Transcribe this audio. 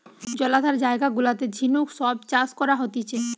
জলাধার জায়গা গুলাতে ঝিনুক সব চাষ করা হতিছে